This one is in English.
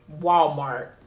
Walmart